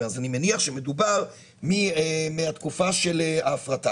אז אני מניח שמדובר מהתקופה של ההפרטה,